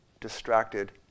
distracted